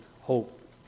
hope